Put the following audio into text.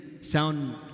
sound